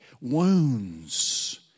wounds